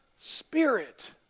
Spirit